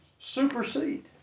supersede